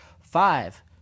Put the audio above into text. Five